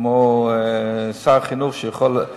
כמו שר החינוך, שיכול,